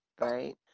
right